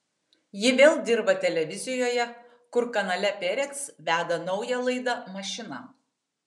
ji vėl dirba televizijoje kur kanale perec veda naują laidą mašina